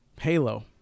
halo